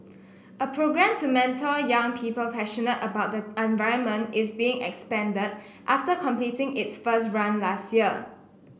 a programme to mentor young people passionate about the environment is being expanded after completing its first run last year